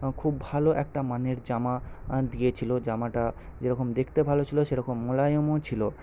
এবং খুব ভালো একটা মানের জামা দিয়েছিল জামাটা যেরকম দেখতে ভালো ছিল সেরকম মোলায়েমও ছিল